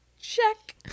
Check